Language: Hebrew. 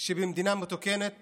שבמדינה מתוקנת